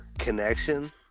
connection